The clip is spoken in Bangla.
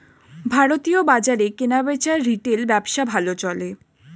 ভারতীয় বাজারে কেনাবেচার রিটেল ব্যবসা ভালো চলে